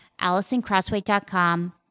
allisoncrossway.com